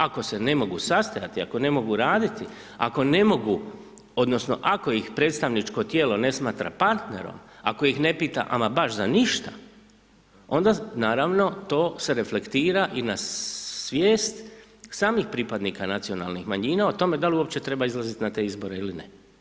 Ako se ne mogu sastajati, ako ne mogu raditi, ako ne mogu odnosno ako ih predstavničko tijelo ne smatra partnerom, ako ih ne pita ama baš za ništa, onda naravno to se reflektira i na svijest samih pripadnika nacionalnih manjina o tome dal uopće treba izlaziti na te izbore ili ne.